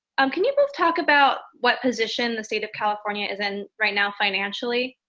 um can you both talk about what position the state of california is in right now financially?